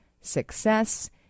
success